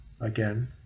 again